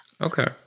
Okay